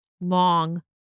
long